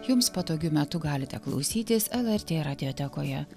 jums patogiu metu galite klausytis lrt radiotekoje